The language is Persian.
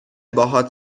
باهات